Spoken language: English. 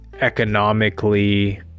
Economically